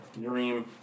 dream